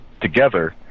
together